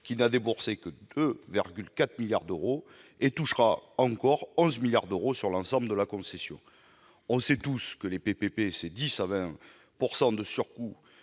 qui n'a déboursé que 2,4 milliards d'euros et touchera encore 11 milliards d'euros sur l'ensemble de la concession. Chacun sait que les PPP représentent entre 10 et 20 % de surcoût